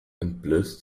entblößte